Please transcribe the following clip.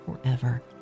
forever